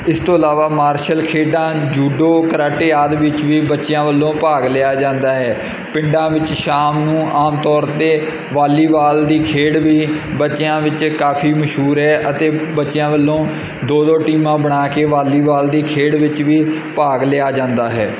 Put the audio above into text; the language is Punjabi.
ਇਸ ਤੋਂ ਇਲਾਵਾ ਮਾਰਸ਼ਲ ਖੇਡਾਂ ਜੂਡੋ ਕਰਾਟੇ ਆਦਿ ਵਿੱਚ ਵੀ ਬੱਚਿਆਂ ਵੱਲੋਂ ਭਾਗ ਲਿਆ ਜਾਂਦਾ ਹੈ ਪਿੰਡਾਂ ਵਿੱਚ ਸ਼ਾਮ ਨੂੰ ਆਮ ਤੌਰ 'ਤੇ ਵਾਲੀਬਾਲ ਦੀ ਖੇਡ ਵੀ ਬੱਚਿਆਂ ਵਿੱਚ ਕਾਫੀ ਮਸ਼ਹੂਰ ਹੈ ਅਤੇ ਬੱਚਿਆਂ ਵੱਲੋਂ ਦੋ ਦੋ ਟੀਮਾਂ ਬਣਾ ਕੇ ਵਾਲੀਬਾਲ ਦੀ ਖੇਡ ਵਿੱਚ ਵੀ ਭਾਗ ਲਿਆ ਜਾਂਦਾ ਹੈ